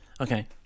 Okay